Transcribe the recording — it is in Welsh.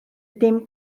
dim